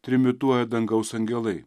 trimituoja dangaus angelai